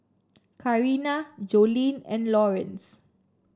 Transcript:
Carina Jolene and Lawrence